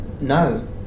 No